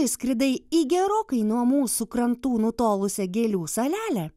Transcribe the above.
išskridai į gerokai nuo mūsų krantų nutolusią gėlių salelę